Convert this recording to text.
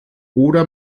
oder